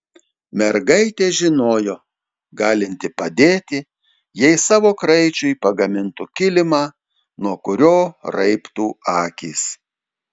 mergaitė žinojo galinti padėti jei savo kraičiui pagamintų kilimą nuo kurio raibtų akys